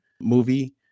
movie